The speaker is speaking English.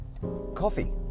coffee